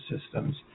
systems